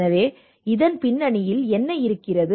எனவே இதன் பின்னணியில் என்ன இருக்கிறது